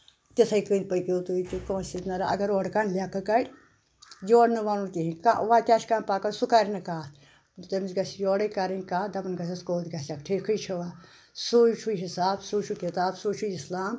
تِتھٕے کٔنۍ پٔکِو تُہۍ تہِ کٲنٛسہِ نہٕ راوراوُن اگر اورٕ کانٛہہ لیٚکھہٕ کَڑِ یورٕ نہٕ وَنُن کِہیٖنۍ کیاہ چھِ کانٛہہ پَکان سُہ کَرِ نہٕ کَتھ تٔمِس گژھِ یورے کَرٕنۍ کَتھ دَپان گژھؠس کوٚت گژھکھ ٹھیٖکھٕے چھوا سُے چھُ حِساب سُے چھُ کِتاب سُے چھُ اِسلام